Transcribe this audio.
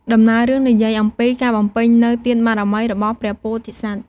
ដំណើររឿងនិយាយអំពីការបំពេញនូវ ទានបារមី របស់ព្រះពោធិសត្វ។